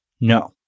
No